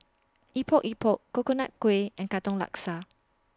Epok Epok Coconut Kuih and Katong Laksa